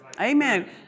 Amen